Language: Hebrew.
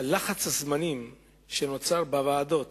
לחץ הזמנים שנוצר בוועדות,